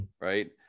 right